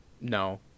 no